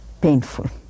painful